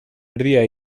erdia